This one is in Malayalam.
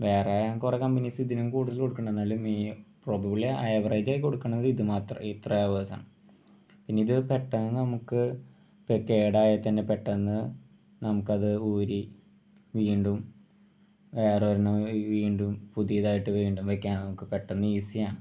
വേറെ കുറേ കമ്പനീസ് ഇതിനും കൂടുതൽ കൊടുക്കുന്നുണ്ട് എന്നാലും ഇനിയും പ്രോബബിളി ആവറേജ് കൊടുക്കുന്നത് ഇത് മാത്രം ഇത്ര അവേഴ്സാണ് പിന്നെ ഇത് പെട്ടെന്ന് നമുക്ക് ഇപ്പം കേടായാൽ തന്നെ പെട്ടെന്ന് നമുക്കത് ഊരി വീണ്ടും വേറെ ഒരെണ്ണം വീണ്ടും പുതിയതായിട്ട് വീണ്ടും വയ്ക്കാൻ നമുക്ക് പെട്ടെന്ന് ഈസി ആണ്